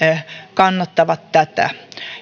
kannattavat tätä